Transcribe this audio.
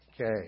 Okay